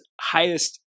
highest